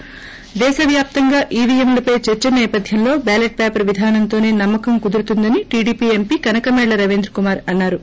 ి దేశవ్యాప్తంగా ఈవీఎంలపై చర్చ సేపథ్యంలో బ్యాలెట్ పేపర్ విధానంతోసే నమ్మ కం కుదురుతుందని టీడీపీ ఎంపీ కనకమేడల రవీంద్ర కుమార్ అన్నా రు